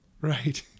Right